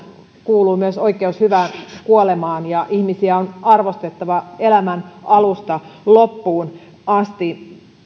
kuuluu myös oikeus hyvään kuolemaan ja ihmisiä on arvostettava elämän alusta loppuun asti